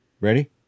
Ready